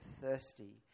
thirsty